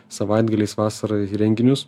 savaitgaliais vasarą į renginius